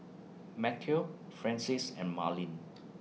Matteo Francis and Marlin